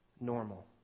normal